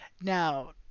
now